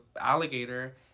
Alligator